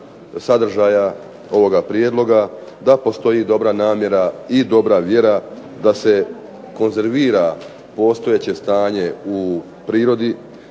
sadržaja ovoga prijedloga da postoji dobra namjera i dobra vjera da se konzervira postojeće stanje u prirode,